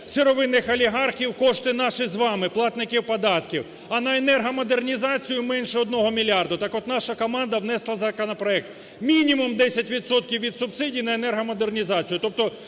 сировинних олігархів кошти наші з вами, платників податків, а на енергомодернізацію менше 1 мільярда. Так от наша команда внесла законопроект: мінімум 10 відсотків від субсидії – на енергомодернізацію.